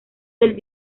del